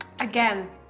Again